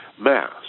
mass